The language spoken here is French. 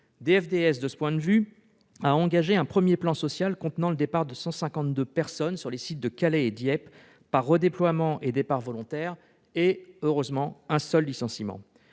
DFDS Seaways a engagé un premier plan social qui prévoit le départ de 152 personnes sur les sites de Calais et Dieppe, par redéploiement et départs volontaires, avec heureusement un seul licenciement.